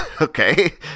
okay